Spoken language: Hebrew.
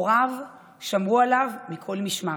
הוריו שמרו עליו מכל משמר.